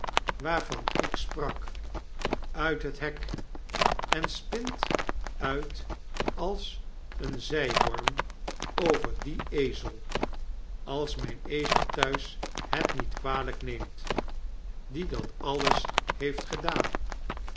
waarvan ik sprak uit het hek en spint uit als een zjj worm over dien ezel als myn ezel thuis het niet kwalyk neemt die dat alles heeft gedaan